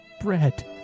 Bread